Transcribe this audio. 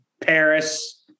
Paris